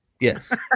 yes